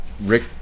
Rick